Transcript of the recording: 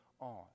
on